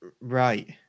Right